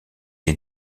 est